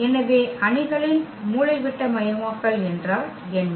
எனவே அணிகளின் மூலைவிட்டமயமாக்கல் என்றால் என்ன